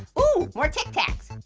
ooh, more tic-tacs.